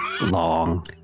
long